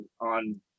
on